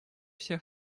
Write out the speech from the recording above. всех